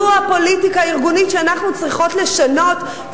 זו הפוליטיקה הארגונית שאנחנו צריכות לשנות.